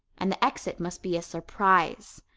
and the exit must be a surprise.